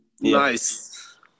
Nice